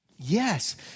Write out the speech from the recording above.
Yes